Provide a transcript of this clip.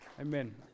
Amen